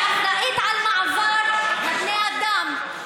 היא אחראית על מעבר בני אדם.